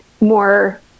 more